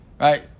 right